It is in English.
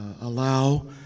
allow